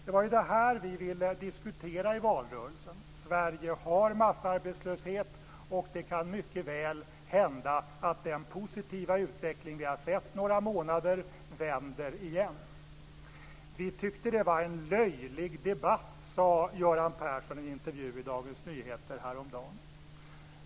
Det var ju det här vi ville diskutera i valrörelsen. Sverige har massarbetslöshet, och det kan mycket väl hända att den positiva utveckling som vi har sett några månader vänder igen. Vi tyckte att det var en löjlig debatt, sade Göran Persson i en intervju i Dagens Nyheter häromdagen.